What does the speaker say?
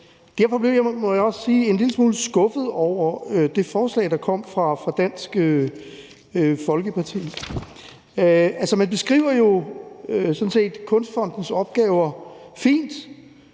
jeg også sige, en lille smule skuffet over det forslag, der kom fra Dansk Folkeparti. Man beskriver jo sådan set Kunstfondens opgaver fint.